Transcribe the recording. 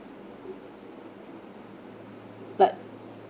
like